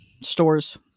stores